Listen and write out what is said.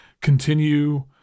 continue